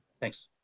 Thanks